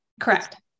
Correct